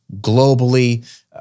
globally